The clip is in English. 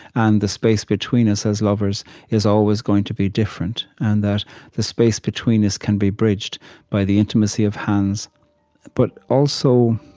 and the space between us as lovers is always going to be different, and that the space between us can be bridged by the intimacy of hands but also,